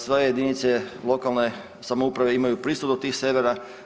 Sve jedinice lokalne samouprave imaju pristup do tih servera.